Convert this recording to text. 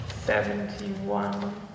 Seventy-one